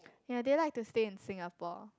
ya they like to stay in Singapore